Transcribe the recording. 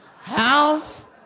house